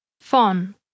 Fon